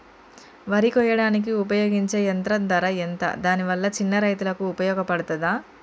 వరి కొయ్యడానికి ఉపయోగించే యంత్రం ధర ఎంత దాని వల్ల చిన్న రైతులకు ఉపయోగపడుతదా?